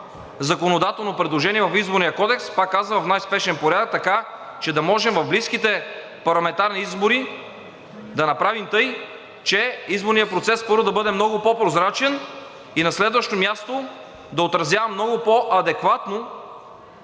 законодателно предложение в Изборния кодекс, пак казвам, в най-спешен порядък, така че да можем в близките парламентарни избори да направим така, че изборният процес, първо, да бъде много по-прозрачен и, на следващо място, да отразява много по-адекватно